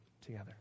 together